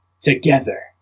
together